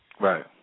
Right